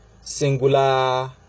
singular